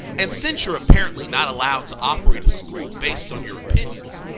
and since you're apparently not allowed to operate a school based on your opinions,